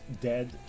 dead